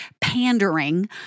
pandering